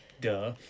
Duh